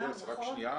-- איריס רק שנייה,